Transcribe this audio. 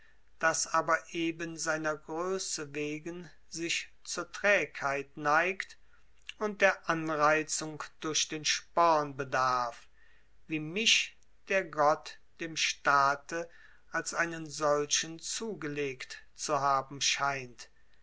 das aber eben seiner größe wegen sich zur trägheit neigt und der anreizung durch den sporn bedarf wie mich der gott dem staate als einen solchen zugelegt zu haben scheint